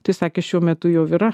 tai sakė šiuo metu jau yra